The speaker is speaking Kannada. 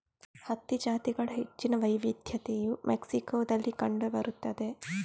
ಹತ್ತಿ ಜಾತಿಗಳ ಹೆಚ್ಚಿನ ವೈವಿಧ್ಯತೆಯು ಮೆಕ್ಸಿಕೋದಲ್ಲಿ ಕಂಡು ಬರುತ್ತದೆ